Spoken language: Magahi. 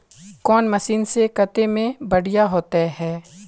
कौन मशीन से कते में बढ़िया होते है?